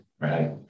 Right